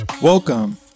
Welcome